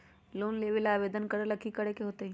Loan लेबे ला आवेदन करे ला कि करे के होतइ?